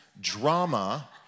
drama